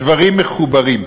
הדברים מחוברים.